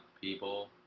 people